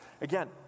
Again